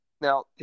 Now